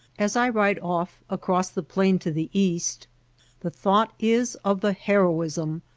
as i ride off across the plain to the east the thought is of the heroism,